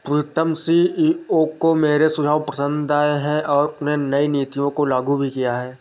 प्रीतम CEO को मेरे सुझाव पसंद आए हैं और उन्होंने नई नीतियों को लागू भी किया हैं